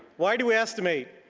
why do we estimate?